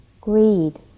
greed